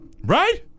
Right